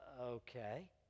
okay